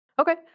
Okay